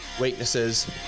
weaknesses